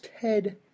Ted